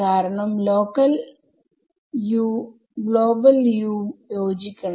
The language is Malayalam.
കാരണം ലോക്കൽ Us ഉം ഗ്ലോബൽ Us ഉം യോജിക്കണം